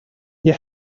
you